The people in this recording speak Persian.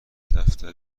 دفتر